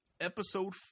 Episode